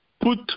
put